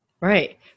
Right